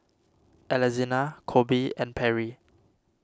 Alexina Colby and Perry